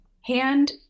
Hand